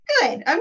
good